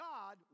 God